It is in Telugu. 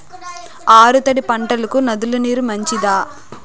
ఆరు తడి పంటలకు నదుల నీరు మంచిదా?